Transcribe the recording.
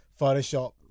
Photoshop